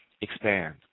Expand